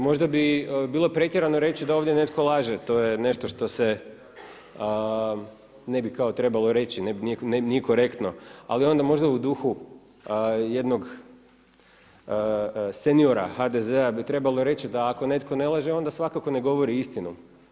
Možda bi bilo pretjerano reći da ovdje netko laže, to je nešto što se ne bi kao trebalo reći, nije korektno, ali onda možda u duhu jednog seniora HDZ-a bi trebalo reći da ako netko ne laže onda svakako ne govori istinu.